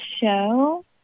show